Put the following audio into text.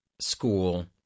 school